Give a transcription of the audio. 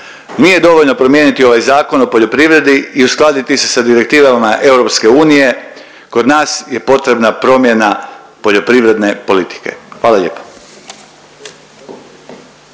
nije dovoljno promijeniti ovaj Zakon o poljoprivredi i uskladiti se sa direktivama EU, kod nas je potrebna promjena poljoprivredne politike. Hvala lijepo.